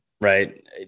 right